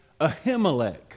Ahimelech